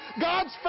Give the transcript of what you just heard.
God's